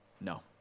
no